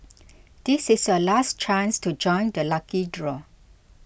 this is our last chance to join the lucky draw